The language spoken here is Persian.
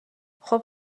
خوب